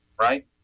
right